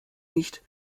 nicht